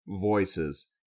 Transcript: voices